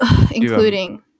including